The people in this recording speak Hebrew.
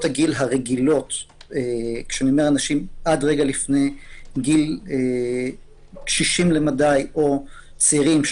הגיל הרגילות - עד רגע לפני גיל קשישים למדי או צעירים,